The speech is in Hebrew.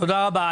תודה רבה.